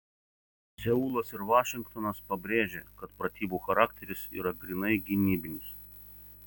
seulas ir vašingtonas pabrėžė kad pratybų charakteris yra grynai gynybinis